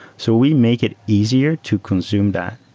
so we make it easier to consume that.